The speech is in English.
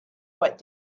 what